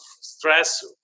stress